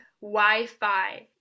Wi-Fi